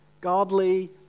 godly